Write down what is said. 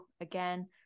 again